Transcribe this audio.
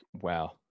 wow